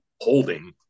holding